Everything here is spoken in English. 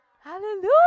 Hallelujah